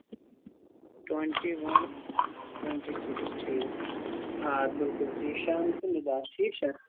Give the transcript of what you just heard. twenty one twenty six ٹھیٖک آ بِلکُل زیٖشان تہٕ نِدا ٹھیٖک چھا